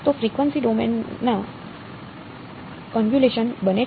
તો ફ્રિક્વન્સી ડોમેનમાં કન્વોલ્યુશન બને છે